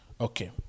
okay